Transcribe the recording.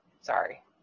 Sorry